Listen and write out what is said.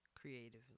creatively